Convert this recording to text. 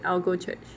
I will go church